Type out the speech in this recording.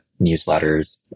newsletters